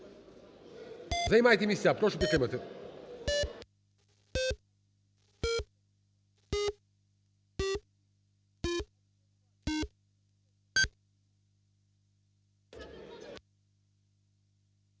Займайте місця. Прошу підтримати.